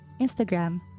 Instagram